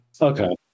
Okay